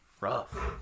Rough